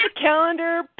calendar